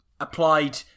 applied